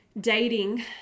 dating